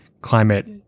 climate